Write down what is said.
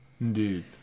Indeed